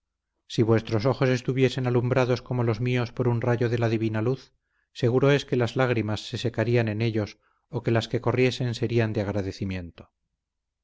sí vuestros ojos estuviesen alumbrados como los míos por un rayo de la divina luz seguro es que las lágrimas se secarían en ellos o que las que corriesen serían de agradecimiento